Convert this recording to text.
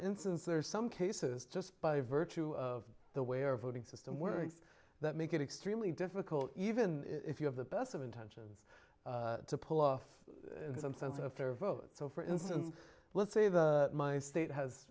instance there are some cases just by virtue of the way our voting system works that make it extremely difficult even if you have the best of intentions to pull off some sense of fair vote so for instance let's say the my state has